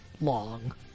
long